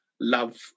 love